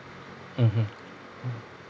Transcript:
mmhmm